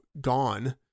gone